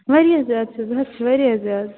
وارِیاہ زیادٕ چھُ یہِ حظ چھُ وارِیاہ زیادٕ